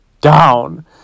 down